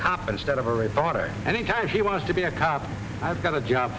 cop instead of a reporter any time she wants to be a cop i've got a job